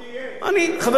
חברים,